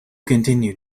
continued